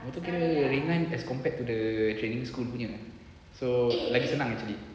motor kira ringan as compared to the training school punya so lagi senang actually